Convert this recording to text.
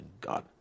God